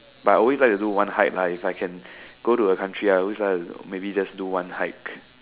but I always like to do one hike lah if I can go to a country I would always like to maybe just do one hike